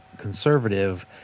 conservative